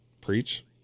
Preach